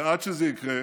עד שזה יקרה,